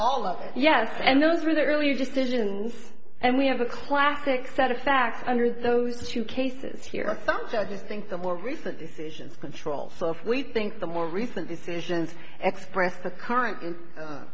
all of us yes and those are the early decisions and we have a classic set of facts under those two cases here some judges think the more recent decisions control so if we think the more recent decisions express the current